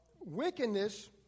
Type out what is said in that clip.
wickedness